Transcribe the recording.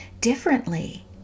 differently